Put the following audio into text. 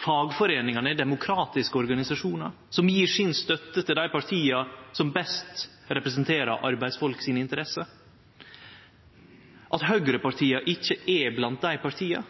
Fagforeiningane er demokratiske organisasjonar som gjev si støtte til dei partia som best representerer arbeidsfolk sine interesser. At høgrepartia ikkje er blant dei partia,